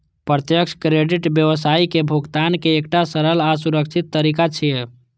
प्रत्यक्ष क्रेडिट व्यावसायिक भुगतान के एकटा सरल आ सुरक्षित तरीका छियै